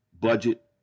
budget